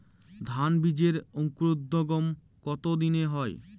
ধান বীজের অঙ্কুরোদগম কত দিনে হয়?